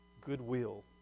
Goodwill